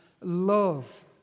love